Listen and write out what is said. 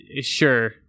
sure